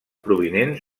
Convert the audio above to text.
provinents